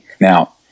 Now